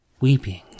weeping